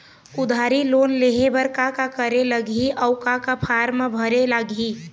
उधारी लोन लेहे बर का का करे लगही अऊ का का फार्म भरे लगही?